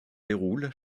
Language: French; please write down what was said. déroule